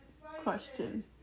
question